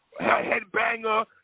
headbanger